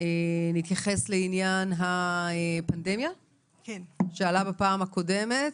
נתייחס לעניין הפנדמיה שעלה בפעם הקודמת.